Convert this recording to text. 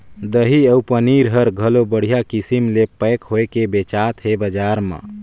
दही अउ पनीर हर घलो बड़िहा किसम ले पैक होयके बेचात हे बजार म